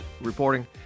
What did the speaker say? reporting